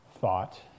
thought